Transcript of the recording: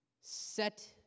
set